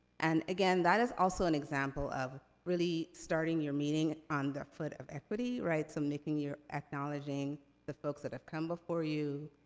and again, that is also an example of really starting your meeting on the foot of equity. right, so you're acknowledging the folks that have come before you,